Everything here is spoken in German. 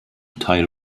teil